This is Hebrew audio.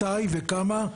מתי וכמה,